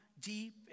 deep